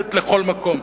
ומכובדת לכל מקום,